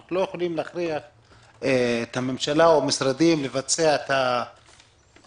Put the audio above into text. אנחנו לא יכולים להכריח את הממשלה או משרדים לבצע את ההערות,